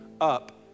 up